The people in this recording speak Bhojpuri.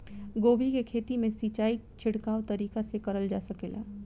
गोभी के खेती में सिचाई छिड़काव तरीका से क़रल जा सकेला?